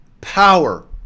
power